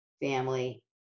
family